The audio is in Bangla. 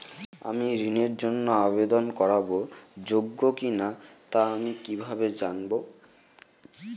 আমি ঋণের জন্য আবেদন করার যোগ্য কিনা তা আমি কীভাবে জানব?